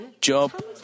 Job